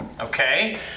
okay